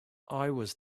was